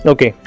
Okay